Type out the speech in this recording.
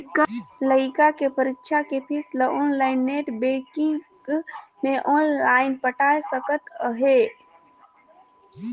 लइका के परीक्षा के पीस ल आनलाइन नेट बेंकिग मे आनलाइन पटाय सकत अहें